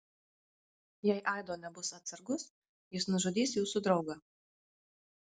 jei aido nebus atsargus jis nužudys jūsų draugą